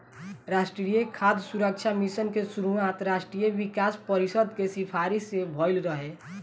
राष्ट्रीय खाद्य सुरक्षा मिशन के शुरुआत राष्ट्रीय विकास परिषद के सिफारिस से भइल रहे